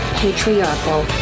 patriarchal